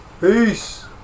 peace